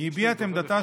היא הביעה את עמדתה,